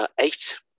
Eight